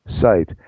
site